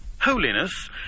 Holiness